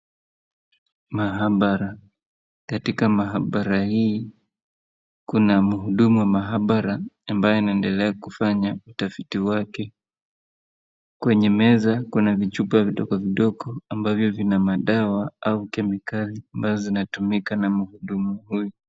Mahabara, katika mahabara hii kuna mhudumu wa mahabara ambaye anaendelea kufanya utafiti wake. Kwenye meza kuna chupa vidogo vidogo ambavyo vina madawa au kemikali ambazo zinatumika na mhudumu.